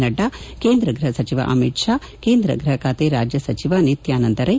ನಡ್ನಾ ಕೇಂದ್ರ ಗೃಹ ಸಚಿವ ಅಮಿತ್ ಷಾ ಕೇಂದ್ರ ಗ್ನಹ ಖಾತೆ ರಾಜ್ಲಸಚಿವ ನಿತ್ಯಾನಂದ ರ್ಲೆ